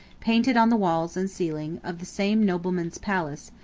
painted on the walls and ceiling of the same nobleman's palace,